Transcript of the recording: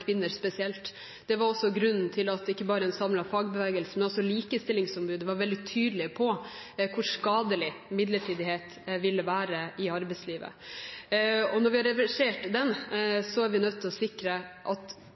kvinner spesielt. Det var også grunnen til at ikke bare en samlet fagbevegelse, men også likestillingsombudet var veldig tydelig på hvor skadelig midlertidighet ville være i arbeidslivet. Når vi reverserer den, er vi nødt til å sikre at